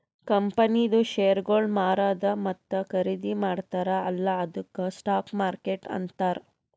ಕಂಪನಿದು ಶೇರ್ಗೊಳ್ ಮಾರದು ಮತ್ತ ಖರ್ದಿ ಮಾಡ್ತಾರ ಅಲ್ಲಾ ಅದ್ದುಕ್ ಸ್ಟಾಕ್ ಮಾರ್ಕೆಟ್ ಅಂತಾರ್